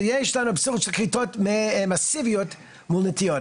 של כריתות מאסיביות מול נטיעות.